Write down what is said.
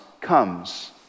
comes